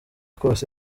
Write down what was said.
kose